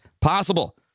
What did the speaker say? possible